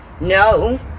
No